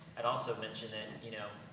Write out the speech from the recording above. i'd also mention that, you know,